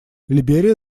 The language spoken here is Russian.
либерия